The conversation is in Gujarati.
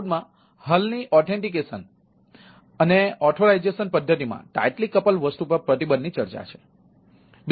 ક્લાઉડ વાતાવરણ પદ્ધતિમાં ટાઈટલી કપલ વસ્તુ પર પ્રતિબંધની ચર્ચા છે